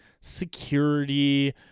security